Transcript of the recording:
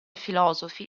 filosofi